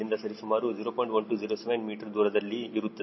1207 metre ದೂರದಲ್ಲಿ ಇರುತ್ತಿತ್ತು